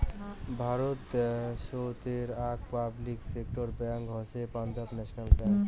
ভারত দ্যাশোতের আক public sector bank হসে পাঞ্জাব ন্যাশনাল ব্যাঙ্ক